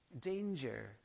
danger